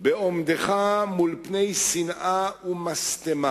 "בעומדך מול פני שנאה ומשטמה